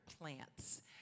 plants